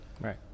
Right